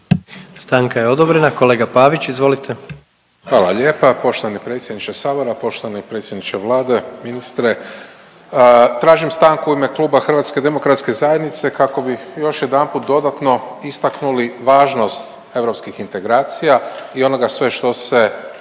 Stanka je odobrena. Kolega Pavić, izvolite. **Pavić, Marko (HDZ)** Hvala lijepa poštovani predsjedniče sabora, poštovani predsjedniče Vlade, ministre. Tražim stanku u ime Kluba HDZ-a kako bih još jedanput dodatno istaknuli važnost europskih integracija i onoga sve što se